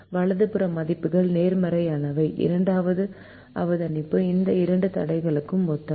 எனவே வலது புற மதிப்புகள் நேர்மறையானவை இரண்டாவது அவதானிப்பு இந்த இரண்டு தடைகளும் ஒத்தவை